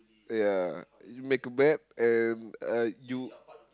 ya you make a bet and uh you